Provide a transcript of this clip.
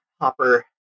Hopper